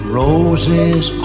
roses